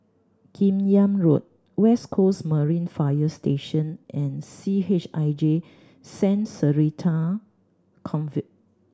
Kim Yam Road West Coast Marine Fire Station and C H I J Saint Theresa's Convent